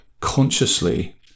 consciously